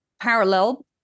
parallel